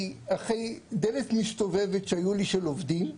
אחרי דלת מסתובבת שהייתה לי של עובדים.